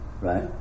right